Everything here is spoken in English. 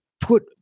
put